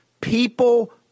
People